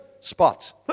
spots